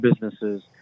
businesses